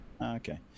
Okay